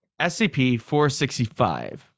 SCP-465